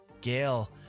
Gail